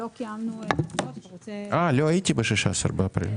לא הייתי ב-16 באפריל.